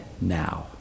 now